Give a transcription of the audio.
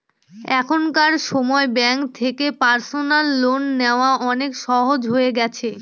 এখনকার সময় ব্যাঙ্ক থেকে পার্সোনাল লোন নেওয়া অনেক সহজ হয়ে গেছে